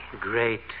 Great